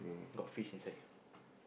got fish inside